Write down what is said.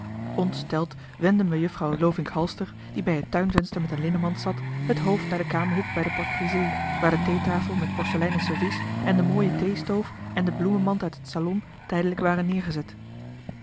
ontsteld wendde mejuffrouw lovink halster die bij het tuinvenster met een linnenmand zat het hoofd naar den kamerhoek bij de porte-brisée waar de theetafel met porceleinen servies en de mooie theestoof en de bloemenmand uit het salon tijdelijk waren neergezet